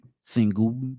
single